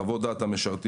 חוות דעת למשרתים,